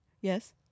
Yes